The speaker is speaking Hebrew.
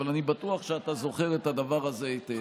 אבל אני בטוח שאתה זוכר את הדבר הזה היטב,